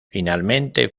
finalmente